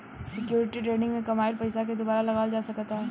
security trading में कामयिल पइसा के दुबारा लगावल जा सकऽता